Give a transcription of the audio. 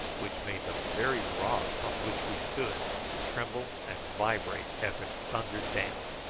which made the very rocks on which we stood tremble and vibrate as it thundered down.